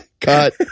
Cut